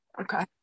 Okay